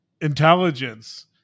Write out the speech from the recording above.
intelligence